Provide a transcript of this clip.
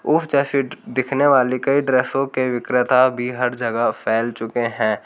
उस जैसी दिखने वाली कई ड्रेसों के विक्रेता भी हर जगह फैल चुके हैं